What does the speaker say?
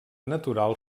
natural